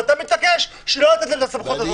ואתה מתעקש שלא לתת את הסמכות הזאת.